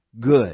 good